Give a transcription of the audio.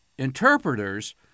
interpreters